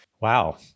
Wow